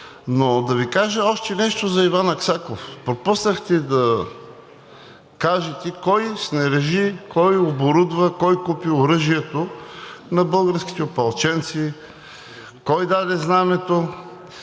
но да Ви кажа още нещо за Иван Аксаков. Пропуснахте да кажете кой снаряжи, кой оборудва, кой купи оръжието на българските опълченци, кой даде знамето